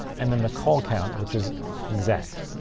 and then the call count, which is exact.